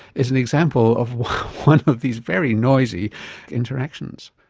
is an example of one of these very noisy interactions